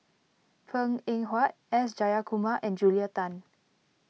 Png Eng Huat S Jayakumar and Julia Tan